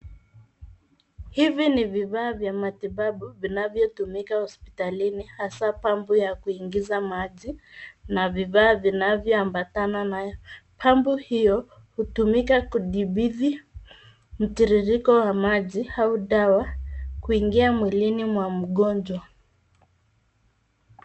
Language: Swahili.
Hivi ni vifaa vya matibabu vinavyotumika hospitalini hasa pampu ya kuingiza maji na vifaa vinavyoambatana nayo. Pampu hiyo hutumika kudhibiti mtiririko wa maji au dawa kuingia mwilini mwa mgonjwa.